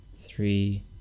three